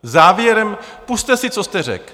Závěrem pusťte si, co jste řekl.